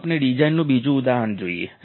ચાલો આપણે ડિઝાઇનનું બીજું ઉદાહરણ જોઈએ